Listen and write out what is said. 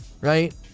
right